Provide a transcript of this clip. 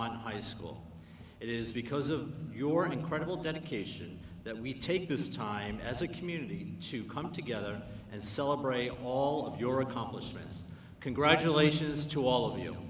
want high school it is because of your incredible dedication that we take this time as a community to come together and celebrate all of your accomplishments congratulations to all of you